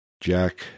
Jack